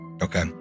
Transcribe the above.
Okay